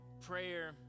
prayer